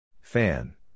Fan